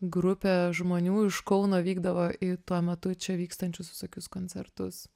grupė žmonių iš kauno vykdavo į tuo metu čia vykstančius visokius koncertus